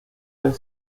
había